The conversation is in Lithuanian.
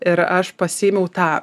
ir aš pasiėmiau tą